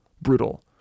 brutal